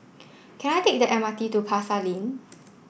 can I take the M R T to Pasar Lane